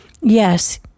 yes